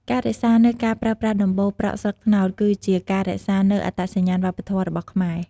ការរក្សានូវការប្រើប្រាស់ដំបូលប្រក់ស្លឹកត្នោត គឺជាការរក្សានូវអត្តសញ្ញាណវប្បធម៌របស់ខ្មែរ។